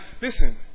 Listen